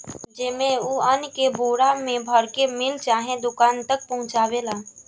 जेइमे, उ अन्न के बोरा मे भर के मिल चाहे गोदाम तक पहुचावेला